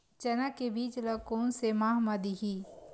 चना के बीज ल कोन से माह म दीही?